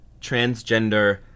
transgender